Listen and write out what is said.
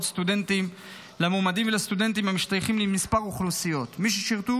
סטודנטים למועמדים ולסטודנטים המשתייכים למספר אוכלוסיות: מי ששירתו